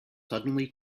suddenly